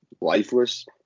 lifeless